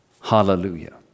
Hallelujah